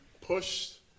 pushed